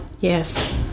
Yes